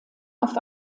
auf